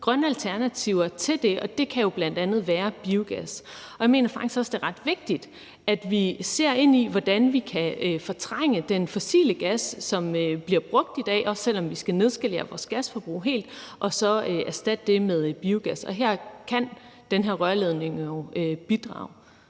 grønne alternativer til det, og det kan bl.a. være biogas. Jeg mener faktisk også, det er ret vigtigt, at vi ser ind i, hvordan vi kan fortrænge den fossile gas, som bliver brugt i dag, også selv om vi skal nedskalere vores gasforbrug helt, og så erstatte det med biogas, og her kan den her rørledning jo bidrage.